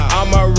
I'ma